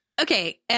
Okay